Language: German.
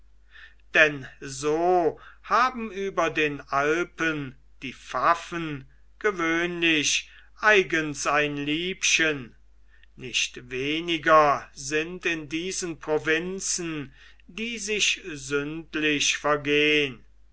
denn so haben über den alpen die pfaffen gewöhnlich eigens ein liebchen nicht weniger sind in diesen provinzen die sich sündlich vergehn